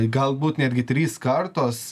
galbūt netgi trys kartos